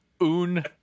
Un